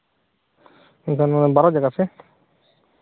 ᱵᱟᱨᱚ ᱡᱟᱭᱜᱟ ᱥᱮ